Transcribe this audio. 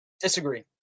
Disagree